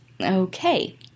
Okay